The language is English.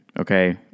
okay